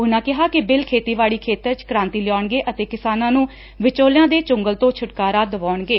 ਉਨਾਂ ਕਿਹਾ ਕਿ ਬਿੱਲ ਖੇਤੀਬਾੜੀ ਖੇਤਰ ਚ ਕੁਾਂਤੀ ਲਿਆਉਣਗੇ ਅਤੇ ਕਿਸਾਨਾਂ ਨੂੰ ਵਿਚੋਲਿਆ ਦੇ ਚੁੰਗਲ ਤੋਂ ਛੁਟਕਾਰਾ ਦਿਵਾਉਣਗੇ